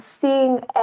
seeing